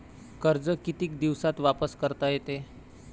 कर्ज कितीक दिवसात वापस करता येते?